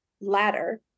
ladder